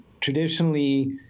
traditionally